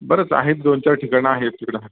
बरंच आहेत दोनचार ठिकाणं आहेत तिकडं